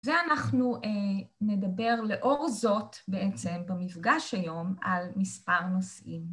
ואנחנו נדבר לאור זאת בעצם במפגש היום על מספר נושאים.